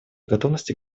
готовности